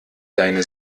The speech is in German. deine